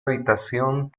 habitación